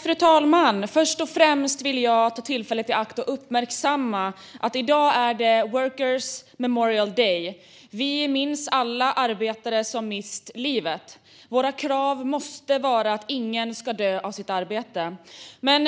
Fru talman! Först och främst vill jag ta tillfället i akt och uppmärksamma att det i dag är Workers' Memorial Day, då vi minns alla arbetare som mist livet. Vårt krav måste vara att ingen ska dö av sitt arbete.